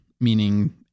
meaning